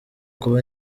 kuba